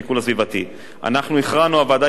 אנחנו הכרענו, הוועדה הכריעה להוסיף שני נציגים,